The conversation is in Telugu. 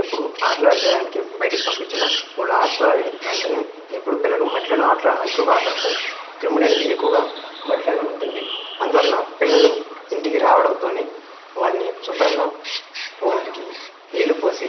ఎప్పుడూ ఆటలాడడానికి బయటకి పంపించిన వాళ్లు ఆటలు ఆడిన వెంటనే ఎప్పుడు పిల్లలు మట్టిలోనే ఎక్కువ ఆటలు ఆడుతారు క్రిములు అనేది ఎక్కువగా మట్టిలోనే ఉంటుంది అందువలన పిల్లలు ఇంటికి రావడంతోని వారిని శుభ్రంగా ఒంటికి నీళ్లు పోసి